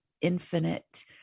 infinite